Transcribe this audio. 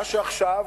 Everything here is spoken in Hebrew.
מה שעכשיו,